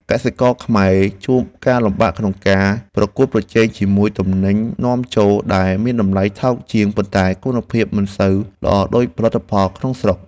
កសិករខ្មែរជួបការលំបាកក្នុងការប្រកួតប្រជែងជាមួយទំនិញនាំចូលដែលមានតម្លៃថោកជាងប៉ុន្តែគុណភាពមិនសូវល្អដូចផលិតផលក្នុងស្រុក។